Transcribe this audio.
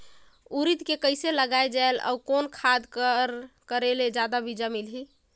उरीद के कइसे लगाय जाले अउ कोन खाद कर करेले जादा बीजा मिलही?